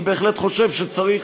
אני בהחלט חושב שצריך,